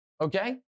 Okay